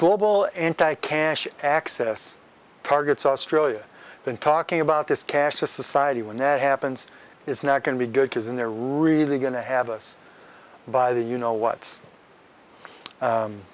global anti cash access targets australia been talking about this cash to society when that happens it's not going to be good because in they're really going to have a us by the you know what